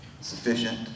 sufficient